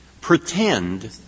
pretend